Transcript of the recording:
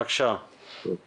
קודם כל,